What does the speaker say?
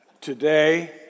Today